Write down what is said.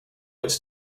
its